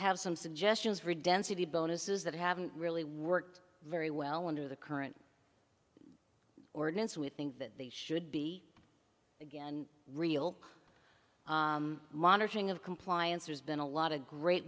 have some suggestions for density bonuses that haven't really worked very well under the current ordinance we think that the should be again real monitoring of compliance there's been a lot of great